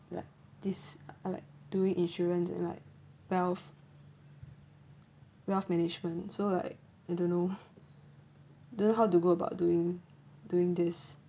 like this or like doing insurance like wealth wealth management so like I don't know don't know how to go about doing doing this